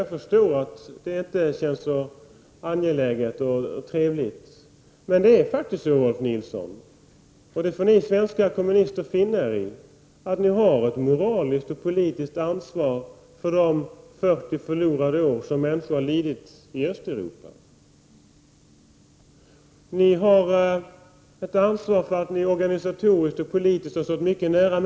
Jag förstår att det inte känns så angeläget och trevligt. Men det är faktiskt på det sättet, Rolf L Nilson, vilket ni svenska kommunister får finna er i, att ni har ett moraliskt och politiskt ansvar för de 40 förlorade år under vilka människor har lidit i Östeuropa. Ni har ett ansvar för att ni organisatoriskt och politiskt har stått dessa länder nära.